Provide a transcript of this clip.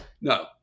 No